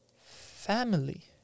family